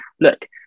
look